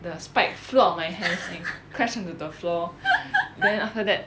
the spike flood my hair sia crash onto the floor then after that